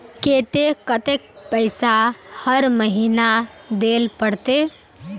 केते कतेक पैसा हर महीना देल पड़ते?